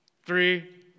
three